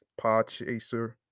Podchaser